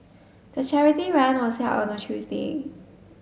the charity run was held on a Tuesday